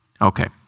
Okay